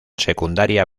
secundaria